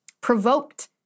provoked